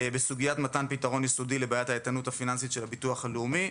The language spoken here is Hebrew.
בסוגיית מתן פתרון יסודי לבעיית האיתנות הפיננסית של הביטוח הלאומי,